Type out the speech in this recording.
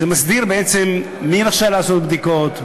הוא מסדיר בעצם מי רשאי לעשות בדיקות,